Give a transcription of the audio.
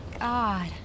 god